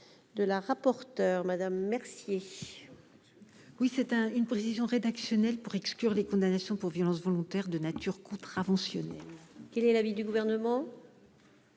Mme le rapporteur. Il s'agit d'une précision rédactionnelle, afin d'exclure les condamnations pour violences volontaires de nature contraventionnelle. Quel est l'avis du Gouvernement ?